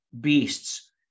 Beasts